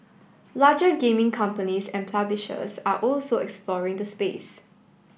larger gaming companies and publishers are also exploring the space